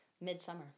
midsummer